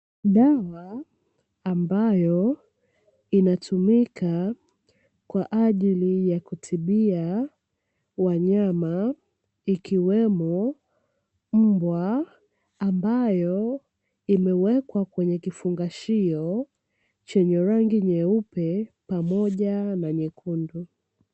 Dawa ambayo inatumika kwa ajili ya kutibia wanyama ikiwemo mbwa, ambayo imewekwa kwenye kifungashio chenye rangi nyeupe pamoja na nyekundu.